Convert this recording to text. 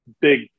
big